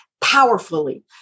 powerfully